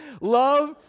Love